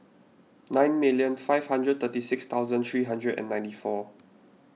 nine million five hundred thirty six thousand three hundred and ninety four